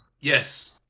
yes